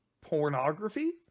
pornography